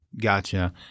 gotcha